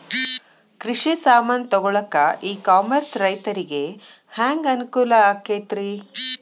ಕೃಷಿ ಸಾಮಾನ್ ತಗೊಳಕ್ಕ ಇ ಕಾಮರ್ಸ್ ರೈತರಿಗೆ ಹ್ಯಾಂಗ್ ಅನುಕೂಲ ಆಕ್ಕೈತ್ರಿ?